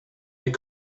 you